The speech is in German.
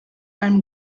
einem